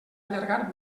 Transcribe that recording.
allargar